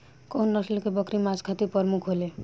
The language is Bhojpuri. कउन नस्ल के बकरी मांस खातिर प्रमुख होले?